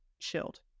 chilled